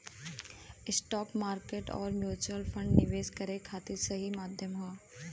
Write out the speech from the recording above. stock market आउर mutual fund निवेश करे खातिर सही माध्यम हौ